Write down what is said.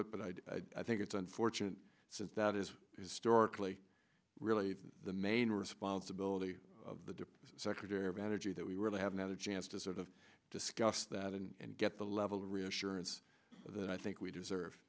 it but i do i think it's unfortunate since that is historically really the main responsibility of the secretary of energy that we really haven't had a chance to sort of discuss that and get the level of reassurance that i think we deserve